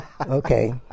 Okay